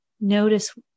Notice